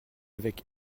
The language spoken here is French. avec